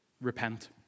repent